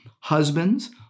Husbands